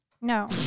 No